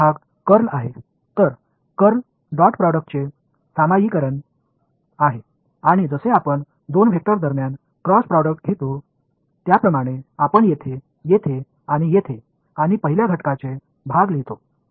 curl என்பது பொதுமையான ஒரு கிராஸ் ப்ராடக்ட் இரண்டு வெக்டர்களுக்கு இடையில் கிராஸ் ப்ராடக்ட் ஐ எவ்வாறு எடுத்துக் கொள்கிறோமோ அதே போல் இங்கே x y z ஐ எழுதுகின்றோம்